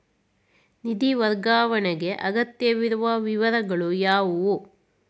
ನಿಧಿ ವರ್ಗಾವಣೆಗೆ ಅಗತ್ಯವಿರುವ ವಿವರಗಳು ಯಾವುವು?